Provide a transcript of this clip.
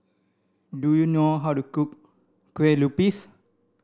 do you know how to cook Kue Lupis